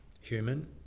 Human